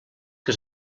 que